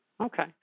Okay